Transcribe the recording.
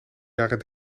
jaren